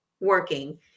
working